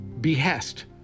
behest